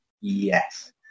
yes